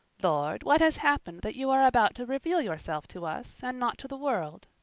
lord, what has happened that you are about to reveal yourself to us, and not to the world?